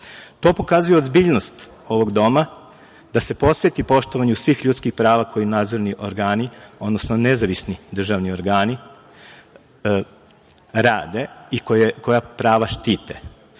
To pokazuje ozbiljnost ovog doma da se posveti poštovanju svih ljudskih prava koje nadzorni organi, odnosno nezavisni državni organi rade i koja prava štite. Ovo